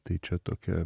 tai čia tokia